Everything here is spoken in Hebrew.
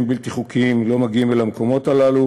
בלתי חוקיים לא מגיעים אל המקומות הללו,